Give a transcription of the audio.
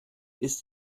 ist